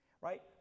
Right